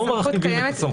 לא מרחיבים את הסמכות.